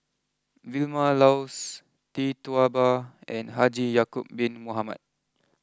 Vilma Laus Tee Tua Ba and Haji Ya Acob Bin Mohamed